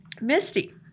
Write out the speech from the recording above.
Misty